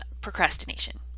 procrastination